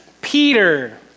Peter